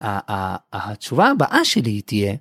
התשובה הבאה שלי תהיה